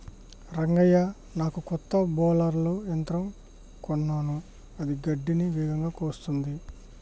రంగయ్య నాకు కొత్త బౌలర్ల యంత్రం కొన్నాను అది గడ్డిని వేగంగా కోస్తుంది